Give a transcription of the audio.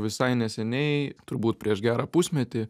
visai neseniai turbūt prieš gerą pusmetį